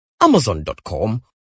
amazon.com